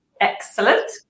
Excellent